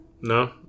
No